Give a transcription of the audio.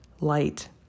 light